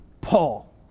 Paul